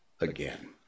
again